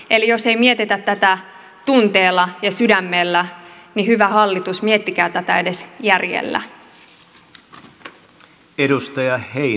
eli jos ei mietitä tätä tunteella ja sydämellä niin hyvä hallitus miettikää tätä edes järjellä